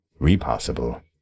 repossible